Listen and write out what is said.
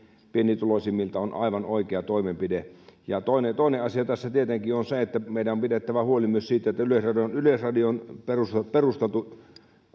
pienituloisimmilta on aivan oikea toimenpide toinen toinen asia tässä tietenkin on se että meidän on pidettävä huoli myös siitä että yleisradion yleisradion perusteltu perusteltu